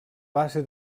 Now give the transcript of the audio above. base